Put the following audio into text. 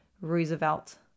Roosevelt